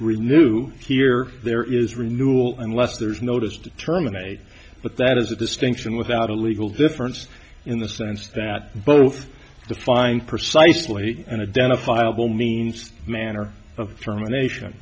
renew here there is renewal unless there is notice to terminate but that is a distinction without a legal difference in the sense that both the fine precisely and identifiable means manner of germination